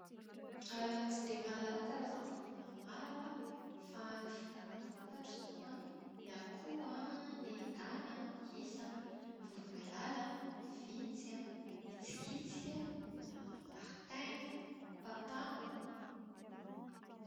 Tsy dia mahalala karaza-borona maro, fa ny vorona fantatro izao an, ny akoho an, gana, gisa, voromailala, vintsy an, hitsikitsika, maritaina, papango.